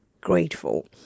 grateful